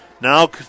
Now